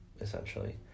essentially